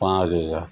પાંચ હજાર